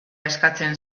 eskatzen